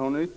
Hon